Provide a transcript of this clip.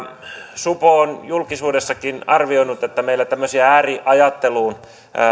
supo on julkisuudessakin arvioinut että meillä tämmöisiä ääriajatteluun